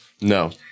No